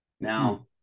Now